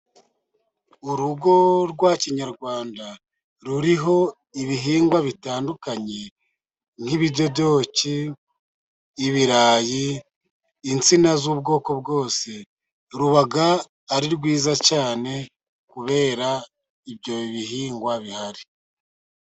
Urugo rwa kinyarwanda, ruriho ibihingwa bitandukanye, nk'ibidodoki, ibirayi, insina z'ubwoko bwose, ruba ari rwiza cyane, kubera ibyo bihingwa bihari.